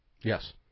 Yes